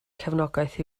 cefnogaeth